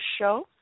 show